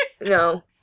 No